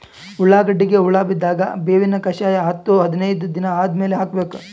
ಉಳ್ಳಾಗಡ್ಡಿಗೆ ಹುಳ ಬಿದ್ದಾಗ ಬೇವಿನ ಕಷಾಯ ಹತ್ತು ಹದಿನೈದ ದಿನ ಆದಮೇಲೆ ಹಾಕಬೇಕ?